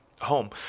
home